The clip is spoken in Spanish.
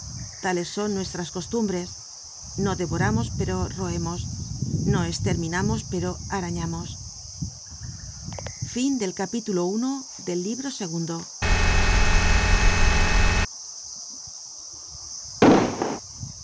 tales son nuestras costumbres no devoramos pero roemos no esterminamos pero arañamos